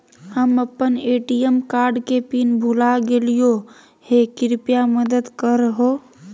हम अप्पन ATM card के पिन भुला गेलिओ हे कृपया मदद कर हो